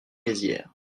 mézières